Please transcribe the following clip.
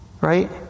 right